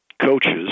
coaches